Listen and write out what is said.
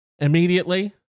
immediately